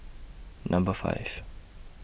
Number five